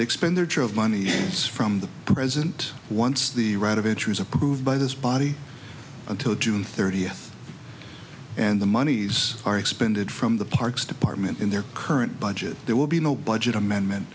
expenditure of money from the president once the ravager is approved by this body until june thirtieth and the monies are expended from the parks department in their current budget there will be no budget amendment